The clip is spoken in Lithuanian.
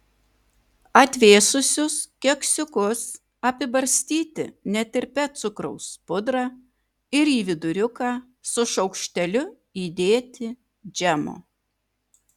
atvėsusius keksiukus apibarstyti netirpia cukraus pudra ir į viduriuką su šaukšteliu įdėti džemo